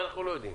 אנחנו לא יודעים.